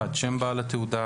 (1)שם בעל התעודה,